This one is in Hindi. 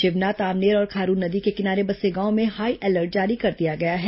शिवनाथ आमनेर और खारून नदी के किनारे बसे गांवों में हाईअलर्ट जारी कर दिया गया है